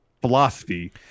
philosophy